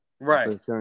Right